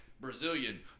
Brazilian